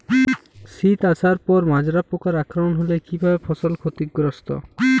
শীষ আসার পর মাজরা পোকার আক্রমণ হলে কী ভাবে ফসল ক্ষতিগ্রস্ত?